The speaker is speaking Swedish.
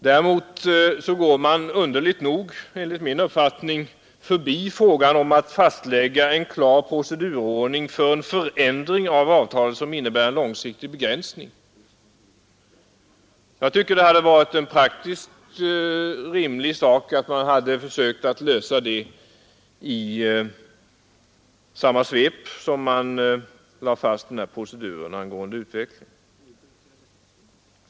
Däremot går man — underligt nog — förbi frågan om att fastlägga en klar procedurordning för en förändring av avtalet som innebär en långsiktig begränsning. Jag tycker att det från praktisk synpunkt hade Varit rimligt att man försökt lösa det i samma svep som man lade fast proceduren angående utvecklingen.